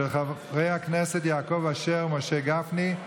של חברי הכנסת יעקב אשר ומשה גפני.